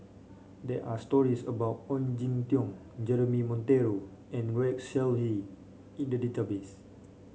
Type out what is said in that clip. there are stories about Ong Jin Teong Jeremy Monteiro and Rex Shelley in the database